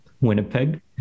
Winnipeg